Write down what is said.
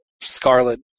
scarlet